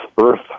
earth